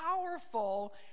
powerful